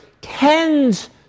tends